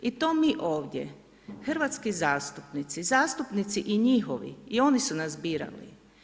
I to mi ovdje hrvatskih zastupnici, zastupnici i njihovi, i oni su nas birali.